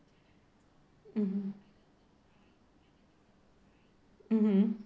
mmhmm mmhmm